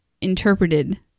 interpreted